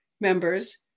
members